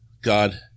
God